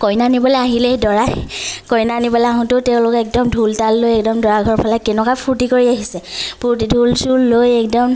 কইনা নিবলৈ আহিলেই দৰাই কইনা নিবলৈ আহোঁতেও তেওঁলোকে একদম ঢোল তাল লৈ একদম দৰাঘৰৰ ফালে কেনেকুৱা ফূৰ্তি কৰি আহিছে ফূৰ্তি ঢোল চোল লৈ একদম